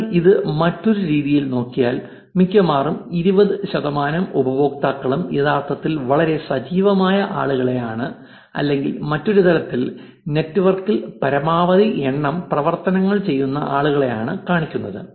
നിങ്ങൾ ഇത് മറ്റൊരു രീതിയിൽ നോക്കിയാൽ മിക്കവാറും 20 ശതമാനം ഉപയോക്താക്കളും യഥാർത്ഥത്തിൽ വളരെ സജീവമായ ആളുകളെയാണ് അല്ലെങ്കിൽ മറ്റൊരു തരത്തിൽ നെറ്റ്വർക്കിൽ പരമാവധി എണ്ണം പ്രവർത്തനങ്ങൾ ചെയ്യുന്ന ആളുകളെയാണ് കാണിക്കുന്നത്